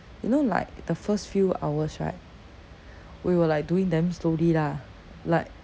you know like the first few hours right we were like doing damn slowly lah like